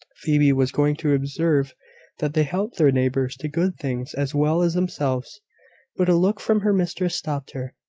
phoebe was going to observe that they helped their neighbours to good things as well as themselves but a look from her mistress stopped her.